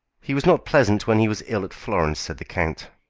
he was not pleasant when he was ill at florence, said the count.